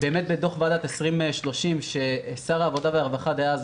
בדו"ח ועדת 2030 ששר העבודה והרווחה דאז,